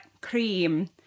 cream